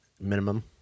Minimum